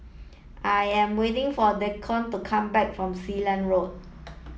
I am waiting for Deacon to come back from Sealand Road